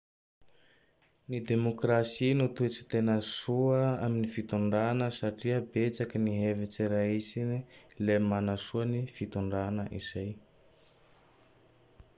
Ny demokrasy no toetsy tena soa amin'ny fitondrana satria betsaky ny hevitsy raisiny. Le manasoa ny fitondrana izay.